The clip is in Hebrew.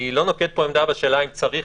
אני לא נוקט פה עמדה בשאלה האם צריך